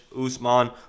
Usman